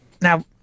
Now